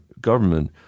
government